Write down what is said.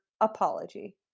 apology